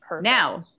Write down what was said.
now